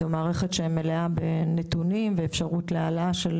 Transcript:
זו מערכת שמלאה בנתונים ובאפשרות להעלאה של